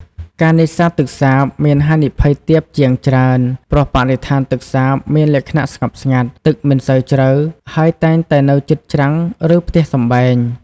ការនេសាទទឹកសាបមានហានិភ័យទាបជាងច្រើន ព្រោះបរិស្ថានទឹកសាបមានលក្ខណៈស្ងប់ស្ងាត់ ទឹកមិនសូវជ្រៅ ហើយតែងតែនៅជិតច្រាំងឬផ្ទះសម្បែង។